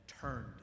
turned